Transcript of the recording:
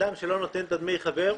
אדם שלא נותן את דמי החבר,